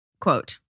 Quote